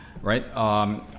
right